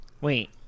Wait